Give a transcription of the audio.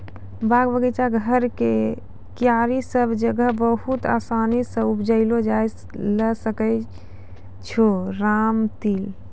बाग, बगीचा, घर के क्यारी सब जगह बहुत आसानी सॅ उपजैलो जाय ल सकै छो रामतिल